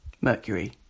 Mercury